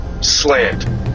slant